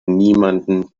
niemandem